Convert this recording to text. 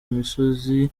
imisozi